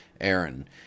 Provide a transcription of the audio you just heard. Aaron